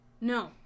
No